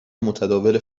متداول